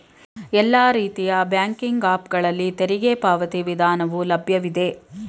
ಎಲ್ಲಾ ರೀತಿಯ banking app ಗಳಲ್ಲಿ ತೆರಿಗೆ ಪಾವತಿ ವಿಧಾನವು ಲಭ್ಯವಿದೆ